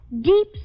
Deep